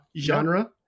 genre